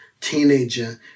teenager